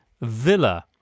Villa